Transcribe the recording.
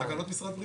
תקנות משרד הבריאות.